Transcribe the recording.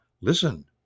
listen